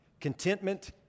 contentment